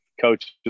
Coaches